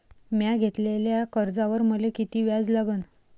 म्या घेतलेल्या कर्जावर मले किती व्याज लागन?